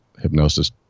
hypnosis